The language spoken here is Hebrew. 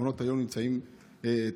מעונות היום נמצאים תחתיך.